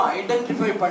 identify